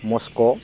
Moscow